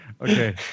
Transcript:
Okay